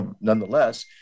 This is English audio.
nonetheless